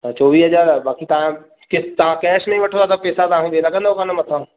त चोवीह हजार बाकि तां किस्त तां कैश में ई वठो हां त पेसा तां खे ॿे लॻन व कानि हां मथां